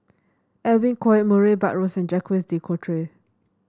Edwin Koek Murray Buttrose and Jacques De Coutre